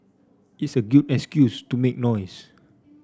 it's a good excuse to make noise